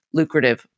lucrative